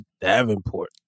Davenport